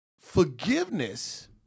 forgiveness